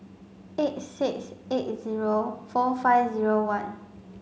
eight six eight zero four five zero one